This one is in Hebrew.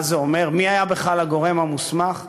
מה זה אומר, מי היה בכלל הגורם המוסמך.